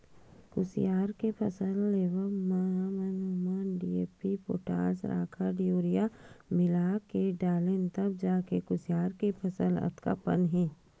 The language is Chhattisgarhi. कुसियार के फसल लेवब म हमन ह ओमा डी.ए.पी, पोटास, राखड़, यूरिया मिलाके डालेन तब जाके कुसियार के फसल अतका पन हे